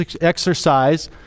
exercise